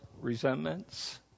resentments